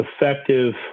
effective